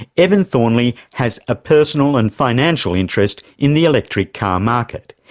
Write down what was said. evan thornley has a personal and financial interest in the electric car market.